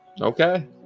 Okay